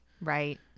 right